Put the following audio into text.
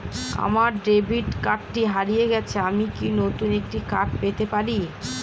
আমার ডেবিট কার্ডটি হারিয়ে গেছে আমি কি নতুন একটি কার্ড পেতে পারি?